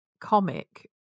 comic